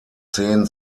zehn